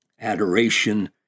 Adoration